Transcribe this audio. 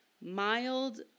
mild